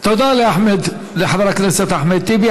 תודה לחבר הכנסת אחמד טיבי.